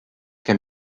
can